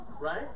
right